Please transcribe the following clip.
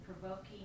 provoking